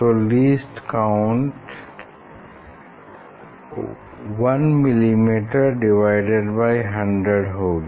तो least count 1 mm100 होगी